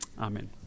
Amen